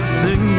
sing